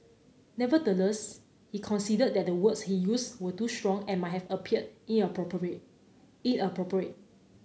nevertheless he conceded that the words he used were too strong and might have inappropriate